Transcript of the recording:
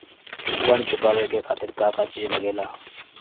ऋण चुकावे के खातिर का का चिज लागेला?